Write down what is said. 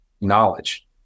knowledge